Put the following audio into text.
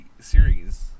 series